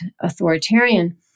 authoritarian